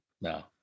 No